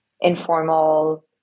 informal